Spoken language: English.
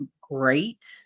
great